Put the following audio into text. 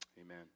Amen